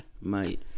Mate